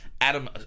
Adam